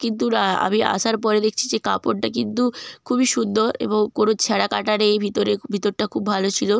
কিন্তু না আমি আসার পরে দেখছি যে কাপড়টা কিন্তু খুবই সুন্দর এবং কোনো ছেঁড়া কাটা নেই ভিতরে ভিতরটা খুবই ভালো ছিলো